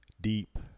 deep